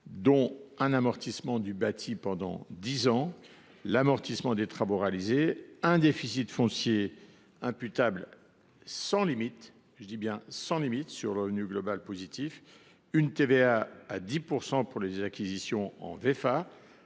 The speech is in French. dont l’amortissement du bâti pendant dix ans, l’amortissement des travaux réalisés, un déficit foncier imputable sans limite sur le revenu global positif, une TVA à 10 % pour les acquisitions en Vefa